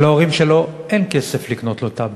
שלהורים שלו אין כסף לקנות לו טאבלט,